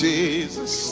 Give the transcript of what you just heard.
Jesus